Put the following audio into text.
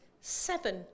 seven